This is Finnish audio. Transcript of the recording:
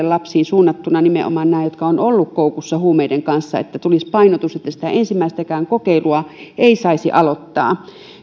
lapsiin suunnattuna nimenomaan näiltä jotka ovat olleet koukussa huumeiden kanssa että tulisi painotus että sitä ensimmäistäkään kokeilua ei saisi aloittaa